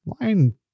line